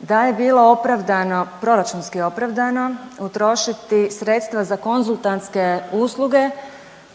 da je bilo opravdano, proračunski opravdano utrošiti sredstva za konzultantske usluge